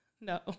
No